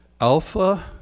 Alpha